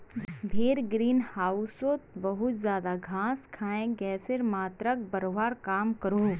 भेड़ ग्रीन होउसोत बहुत ज्यादा घास खाए गसेर मात्राक बढ़वार काम क्रोह